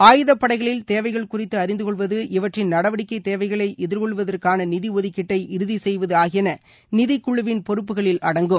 ஆயுதப்படைகளில் தேவைகள் குறித்து அறிந்தகொள்வது இவற்றின் நடவடிக்கை தேவைகளை எதிர்கொள்வதற்கான நிதி ஒதுக்கீட்டை இறழி செய்வது ஆகியன நிதிக்குழுவின் பொறுப்புகளில் அடங்கும்